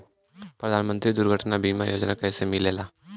प्रधानमंत्री दुर्घटना बीमा योजना कैसे मिलेला?